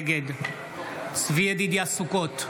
נגד צבי ידידיה סוכות,